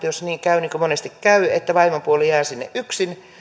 jos käy niin kuin monesti käy että vaimopuoli jää sinne yksin